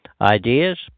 Ideas